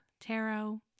tarot